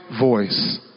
Voice